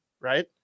right